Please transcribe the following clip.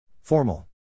Formal